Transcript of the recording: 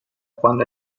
cuando